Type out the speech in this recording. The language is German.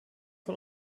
von